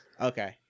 Okay